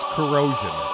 Corrosion